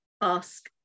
ask